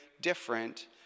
different